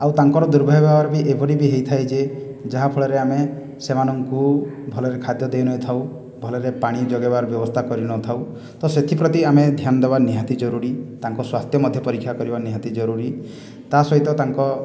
ଆଉ ତାଙ୍କର ଦୁର୍ବ୍ୟବହାର ବି ଏପରି ବି ହେଇଥାଏ ଯେ ଯାହାଫଳରେ ଆମେ ସେମାନଙ୍କୁ ଭଲରେ ଖାଦ୍ୟ ଦେଇନଥାଉ ଭଲରେ ପାଣି ଯୋଗାଇବାର ବ୍ୟବସ୍ଥା କରିନଥାଉ ତ ସେଥିପ୍ରତି ଆମେ ଧ୍ୟାନ ଦେବା ନିହାତି ଜରୁରୀ ତାଙ୍କ ସ୍ୱାସ୍ଥ୍ୟ ମଧ୍ୟ ପରୀକ୍ଷା କରିବା ନିହାତି ଜରୁରୀ ତା ସହିତ ତାଙ୍କ